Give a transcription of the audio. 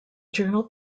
journal